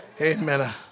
Amen